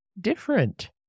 different